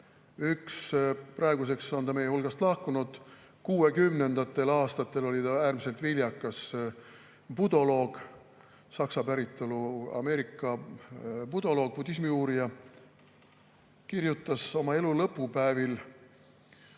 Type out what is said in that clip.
– praeguseks on ta meie hulgast lahkunud, kuuekümnendatel aastatel oli ta äärmiselt viljakas budoloog, Saksa päritolu Ameerika budoloog, budismi uurija – kirjutas oma elu lõpupäevil